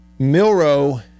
Milrow